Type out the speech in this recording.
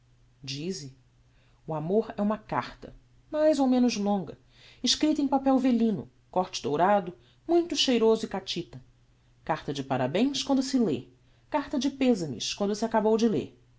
o amor é uma carta mais ou menos longa escripta em papel velino córte dourado muito cheiroso e catita carta de parabens quando se lê carta de pezames quando se acabou de ler